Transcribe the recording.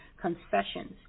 concessions